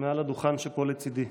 מעל הדוכן שפה לצידי.